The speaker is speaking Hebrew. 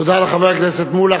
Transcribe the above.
תודה לחבר הכנסת מולה.